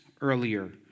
earlier